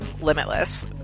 Limitless